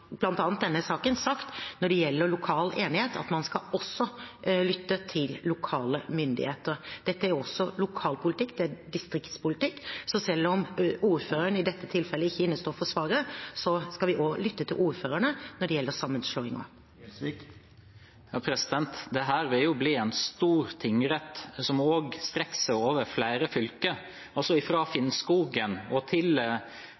denne saken sagt når det gjelder lokal enighet, at man også skal lytte til lokale myndigheter. Dette er også lokalpolitikk. Det er distriktspolitikk. Så selv om ordføreren i dette tilfellet ikke innestår for svaret, skal vi også lytte til ordførerne når det gjelder sammenslåinger. Dette vil bli en stor tingrett, som strekker seg over flere fylker – fra Finnskogen til